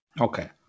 Okay